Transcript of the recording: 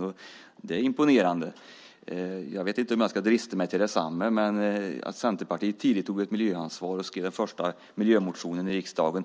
och det är imponerande. Jag vet inte om jag ska drista mig till detsamma, men visst kan man ära att Centerpartiet tidigt tog ett miljöansvar och skrev den första miljömotionen i riksdagen.